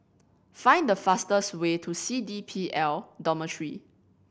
find the fastest way to C D P L Dormitory